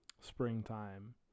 springtime